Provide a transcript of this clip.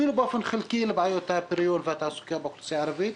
אפילו באופן חלקי לבעיות הפריון והתעסוקה באוכלוסייה הערבית.